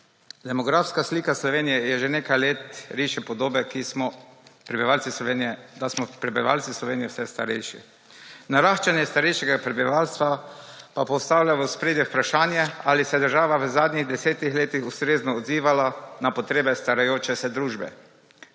Demografska slika Slovenije je že nekaj let, riše podobe, ki smo prebivalci Slovenije, da smo prebivalci Slovenije vse starejši. Naraščanje starejšega prebivalstva pa postavlja v ospredje vprašanje ali se je država v zadnjih 10-ih letih ustrezno odzivala na potrebe starajoče se družbe.